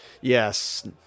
Yes